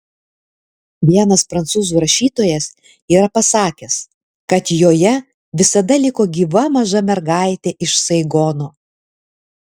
vienas prancūzų rašytojas yra pasakęs kad joje visada liko gyva maža mergaitė iš saigono